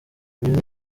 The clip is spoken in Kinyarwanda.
uyu